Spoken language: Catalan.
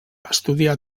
estudià